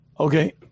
Okay